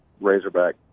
Razorback